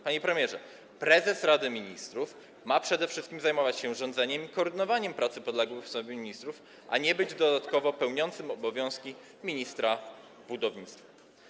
Panie premierze, prezes Rady Ministrów ma przede wszystkim zajmować się rządzeniem i koordynowaniem prac podległych mu ministrów, a nie być dodatkowo pełniącym obowiązki ministra budownictwa.